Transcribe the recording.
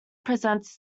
presents